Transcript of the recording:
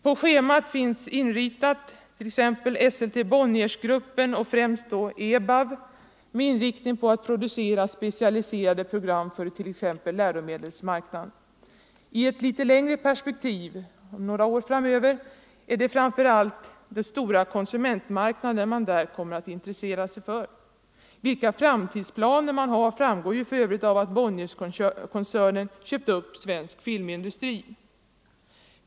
På schemat finns t.ex. Esselte-Bonniergruppen, och främst då EBAV med inriktning på att producera specialiserade program för t.ex. läromedelsmarknaden. I ett litet längre perspektiv — några år framöver — är det framför allt de stora konsumentmarknaderna man kommer att intressera sig för. Vilka framtidsplaner man har framgår ju för övrigt av att Bonnierkoncernen köpt upp Svensk Filmindustri.